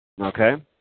Okay